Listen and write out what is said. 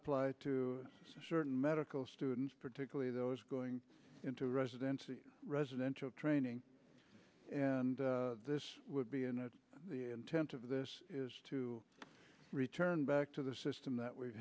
apply to certain medical students particularly those going into residential residential training and this would be in the intent of this is to return back to the system that we